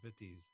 50s